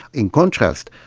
in contrast,